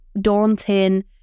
daunting